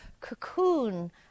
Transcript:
cocoon